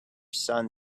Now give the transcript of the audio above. son